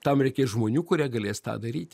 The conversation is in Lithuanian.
tam reikės žmonių kurie galės tą daryti